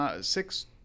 six